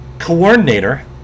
Coordinator